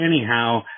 anyhow